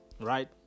right